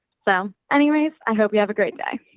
so anyways, i hope you have a great day.